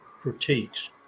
critiques